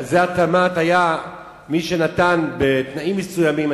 התמ"ת היה מי שנתן בתנאים מסוימים,